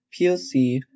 POC